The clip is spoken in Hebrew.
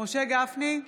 משה גפני,